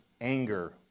anger